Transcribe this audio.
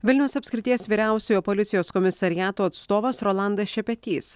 vilniaus apskrities vyriausiojo policijos komisariato atstovas rolandas šepetys